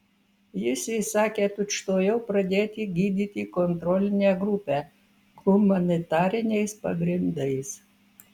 jis įsakė tučtuojau pradėti gydyti kontrolinę grupę humanitariniais pagrindais